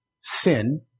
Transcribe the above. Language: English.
sin